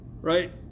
Right